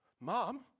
mom